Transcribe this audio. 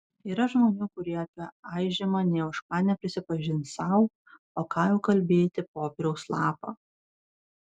yra žmonių kurie apie aižymą nė už ką neprisipažins sau o ką jau kalbėti popieriaus lapą